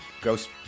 Ghost